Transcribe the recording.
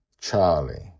Charlie